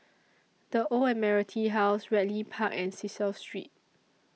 The Old Admiralty House Ridley Park and Cecil Street